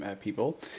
people